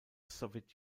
soviet